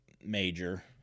major